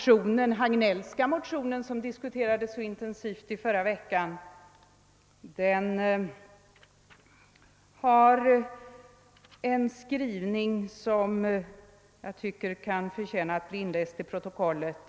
I den Hagnellska motionen som diskuterades så intensivt i förra veckan finns en skrivning som enligt min mening kan förtjäna att bli inläst till protokollet.